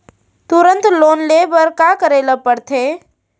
तुरंत लोन ले बर का करे ला पढ़थे?